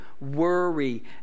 worry